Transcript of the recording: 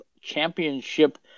Championship